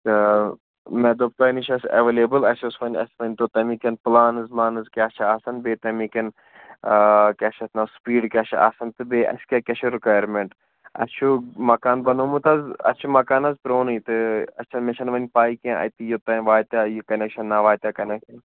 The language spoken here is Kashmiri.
تہٕ مےٚ دوٚپ تۄہہِ نِش آسہِ ایٚویلیبُل اَسہِ اوس وۅنۍ تَمِکۍ پُلانٕز وُلانٕز کیٛاہ چھِ آسان بیٚیہِ تَمِکۍ کیٛاہ چھُ اَتھ ناو سُپیٖڈ کیٛاہ چھِ آسان تہٕ بیٚیہِ اَسہِ کیٛاہ کیٛاہ چھُ رُکایِرمٮ۪نٛٹ اَسہِ چھُ مَکانہٕ بَنومُت حظ اَسہِ چھُ مَکان حظ پرٛونُے تہٕ اَچھا مےٚ چھَنہٕ وُنہِ پَے کیٚنٛہہ اَتہِ یوتانۍ واتیٛاہ یہِ کَنٮ۪کشَن نہَ واتیٛاہ یہِ کَنٮ۪کشَن